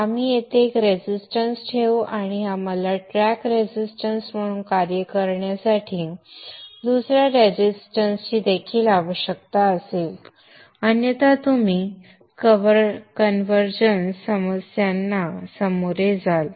आपण येथे एक रेझिस्टन्स ठेवू आणि मला ट्रॅक रेझिस्टन्स म्हणून कार्य करण्यासाठी दुसर्या रेझिस्टन्स ची देखील आवश्यकता असेल अन्यथा तुम्ही कन्व्हरजन्स समस्यांना सामोरे जाल